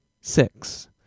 six